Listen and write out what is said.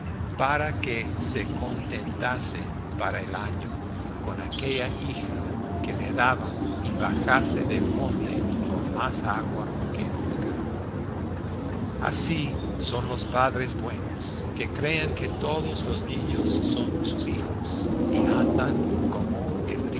para que se contentase para el año con aquella hija que le daban y bajase del monte con más agua que nunca así son los padres buenos que creen que todos los niños son sus hijos y andan como